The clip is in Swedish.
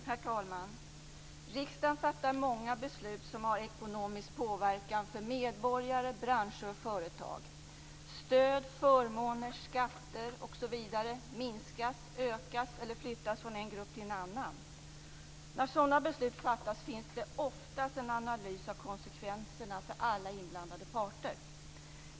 Herr talman! Riksdagen fattar många beslut som har ekonomisk inverkan på medborgare, branscher och företag. Stöd, förmåner skatter osv. minskas, ökas eller flyttas från en grupp till en annan. När sådana beslut fattas finns det oftast en analys av konsekvenserna för alla inblandade parter.